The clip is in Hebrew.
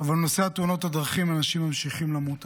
אבל בנושא תאונות הדרכים אנשים ממשיכים למות.